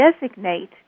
designate